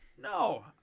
No